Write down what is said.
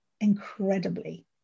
incredibly